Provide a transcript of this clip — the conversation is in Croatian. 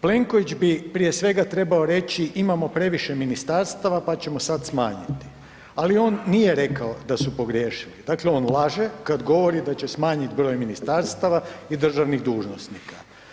Plenković bi prije svega trebao reći imamo previše ministarstava pa ćemo sad smanjiti ali on nije rekao da su pogriješili, dakle on laže kad govori da će smanjiti broj ministarstava i državnih dužnosnika.